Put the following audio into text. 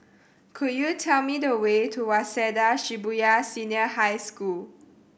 could you tell me the way to Waseda Shibuya Senior High School